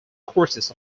courses